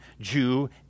Jew